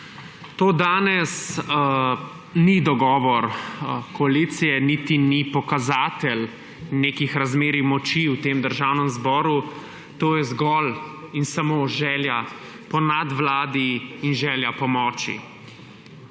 To danes ni dogovor koalicije, niti ni pokazatelj nekih razmerij moči v tem državnem zboru. To je zgolj in samo želja po nadvladi in želja po moči.